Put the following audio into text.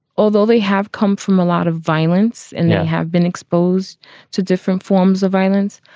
although they have come from a lot of violence and they have been exposed to different forms of violence,